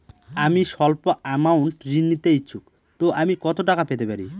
আমি সল্প আমৌন্ট ঋণ নিতে ইচ্ছুক তো আমি কত টাকা পেতে পারি?